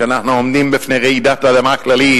שאנחנו עומדים בפני רעידת אדמה כללית,